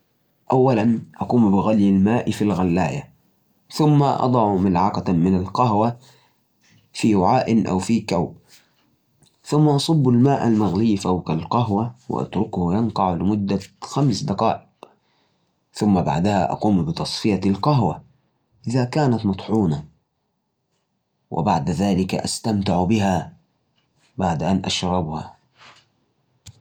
أول شي أحضر دلة و أملأها بماء سخنها على النار حتى تغلي بعدين أضف القهوة العربية أو التركية و أضف سكر حسب ذوقك إخلطهم مع بعض و إتركهم على النار لمدة دقيقتين علشان تندمج النكهات كويس بعدين صب بالقهوة بنجان و إستمتع بفنجان قهوة لذيذ